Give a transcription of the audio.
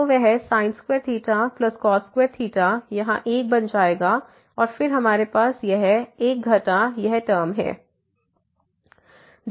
तो वह sin2 cos2 यहां 1 बन गया और फिर हमारे पास यह 1 घटा यह टर्म है